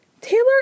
Taylor